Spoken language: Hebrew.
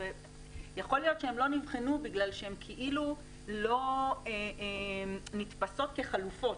יכול להיות שהן שלא נבחנו בגלל שהן כאילו לא נתפסות כחלופות.